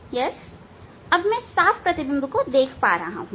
हां मैं साफ़ प्रतिबिंब मैं देख सकता हूं